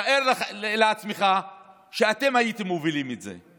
תאר לעצמך שאתם הייתם מובילים את זה.